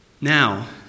Now